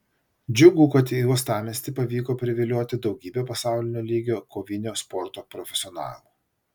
džiugu kad į uostamiestį pavyko privilioti daugybę pasaulinio lygio kovinio sporto profesionalų